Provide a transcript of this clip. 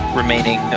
remaining